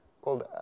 called